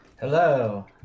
Hello